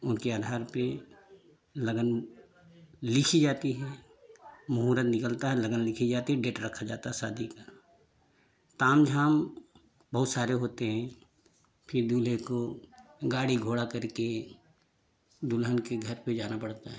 उनके आधार पर लगन लिखी जाती है मुहूर्त निकलता है लगन लिखी जाती है डेट रखा जाता है शादी का तामझाम बहुत सारे होते हैं फिर दूल्हे को गाड़ी घोड़ा करके दुल्हन के घर पर जाना पड़ता है